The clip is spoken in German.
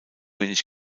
wenig